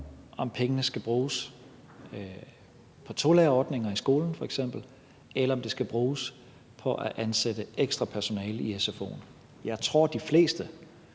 om pengene f.eks. skal bruges på tolærerordninger i skolen, eller om de skal bruges på at ansætte ekstra personale i sfo'en. Jeg tror, at de fleste